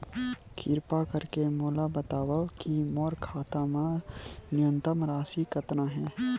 किरपा करके मोला बतावव कि मोर खाता मा न्यूनतम राशि कतना हे